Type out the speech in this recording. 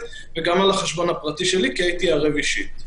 וגם על החשבון הפרטי שלי כי הייתי ערב אישית.